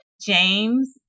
James